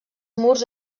murs